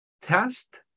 test